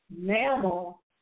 mammal